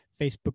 Facebook